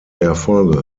erfolge